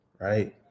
right